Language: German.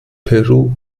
peru